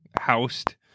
housed